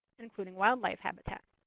including wildlife habitat.